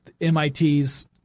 MIT's